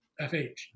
FH